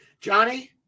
Johnny